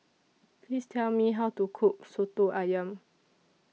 Please Tell Me How to Cook Soto Ayam